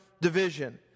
division